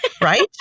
right